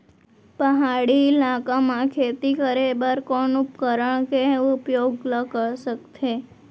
पहाड़ी इलाका म खेती करें बर कोन उपकरण के उपयोग ल सकथे?